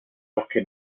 bosque